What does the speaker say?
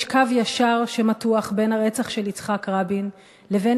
קו ישר מתוח בין הרצח של יצחק רבין לבין